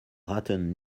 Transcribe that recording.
braten